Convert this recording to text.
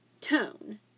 tone